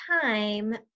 time